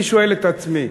אני שואל את עצמי,